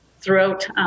throughout